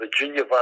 Virginia